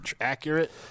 accurate